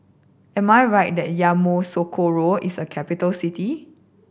am I right that Yamoussoukro is a capital city